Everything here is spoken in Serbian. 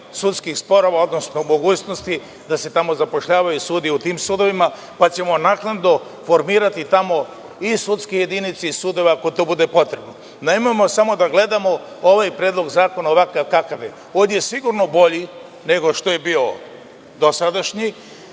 sudskih sporova, odnosno mogućnosti da se tamo zapošljavaju sudije u tim sudovima, pa ćemo naknadno formirati i sudske jedinice i sudove, ako to bude potrebno. Nemojmo samo da gledamo ovaj Predlog zakona ovakav kakav je. On je sigurno bolji nego što je bio dosadašnji.